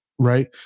Right